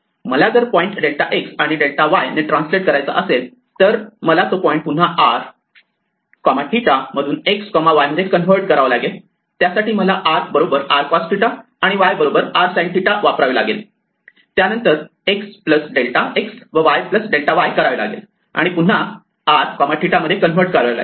जर मला point delta x आणि डेल्टा y ने ट्रान्सलेट करायचा असेल तर मला तो पॉईंट पुन्हा r 𝜭 मधून x y मध्ये कन्व्हर्ट करावा लागेल त्यासाठी मला x r cos 𝜭 आणि y r sin 𝜭 वापरावे लागेल त्यानंतर x डेल्टा x व y delta y x plus delta x y to plus delta y करावे लागेल आणि ते पुन्हा r 𝜭 मध्ये कन्व्हर्ट करावे लागेल